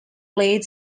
played